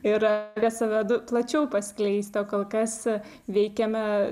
ir save du plačiau paskleisti o kol kas veikiame